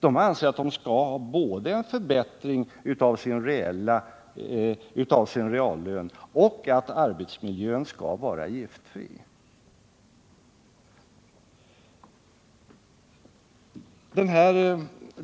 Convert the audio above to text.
De anser att de skall ha både en förbättring av sin reallön och en giftfri arbetsmiljö.